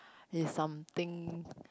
is something